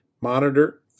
monitor